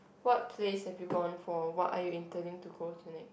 what place have gone for what are you interning to go next